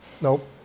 Nope